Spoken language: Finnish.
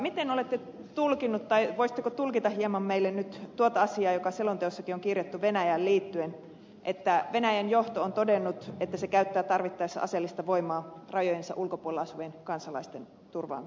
miten olette tulkinnut tai voisitteko tulkita hieman meille tuota asiaa joka selonteossakin on kirjattu venäjään liittyen että venäjän johto on todennut että se käyttää tarvittaessa aseellista voimaa rajojensa ulkopuolella asuvien kansalaisten turvaamiseksi